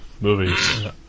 movies